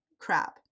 crap